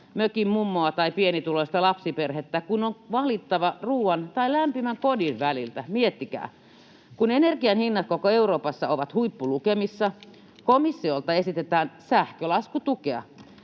mökinmummoa tai pienituloista lapsiperhettä, kun on valittava ruoan tai lämpimän kodin väliltä — miettikää. Kun energian hinnat koko Euroopassa ovat huippulukemissa, komissiosta esitetään sähkölaskutukea.